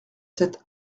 sept